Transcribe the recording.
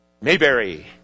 Mayberry